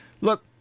Look